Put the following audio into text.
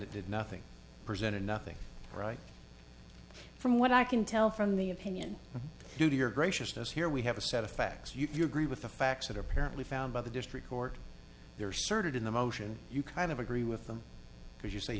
nt did nothing presented nothing right from what i can tell from the opinion due to your graciousness here we have a set of facts you agree with the facts that are apparently found by the district court there are certain in the motion you kind of agree with them because you say